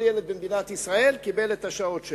כל ילד במדינת ישראל קיבל את השעות שלו.